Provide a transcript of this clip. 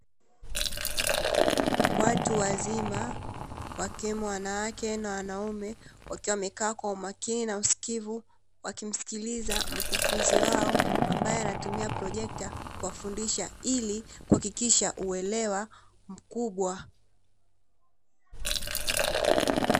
Watu wazima wakiwemo wanawake na wanaume wakiwa wamekaa kwa umakini na usikivu wakimsikiliza mkufunzi wao ambaye anatumia projekta kuwafundisha ili kuhakikisha uelewa mkubwa.